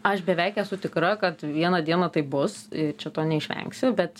aš beveik esu tikra kad vieną dieną taip bus čia to neišvengsi bet